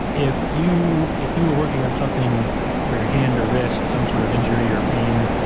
if you if you were working on something for your hand or wrist, some sort of injury or pain,